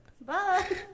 bye